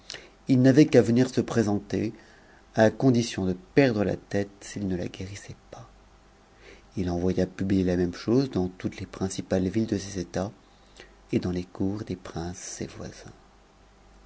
it n'avait qu'u se présenter à condition de perdre la tête s'il ne la guérissait pas voya publier la même chose dans toutes les principales villes de sese et dans les cours des princes ses voisins